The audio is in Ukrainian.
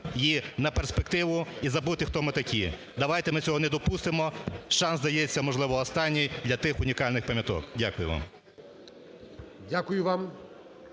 її на перспективу і забути хто ми такті. Давайте ми цього не допустимо, шанс дається, можливо, останній для тих унікальних пам'яток. Дякую вам. ГОЛОВУЮЧИЙ.